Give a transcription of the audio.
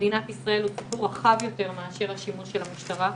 במדינת ישראל הוא סיפור רחב יותר מאשר השימוש של המשטרה.